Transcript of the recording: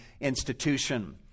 institution